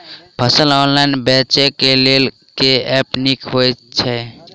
फसल ऑनलाइन बेचै केँ लेल केँ ऐप नीक होइ छै?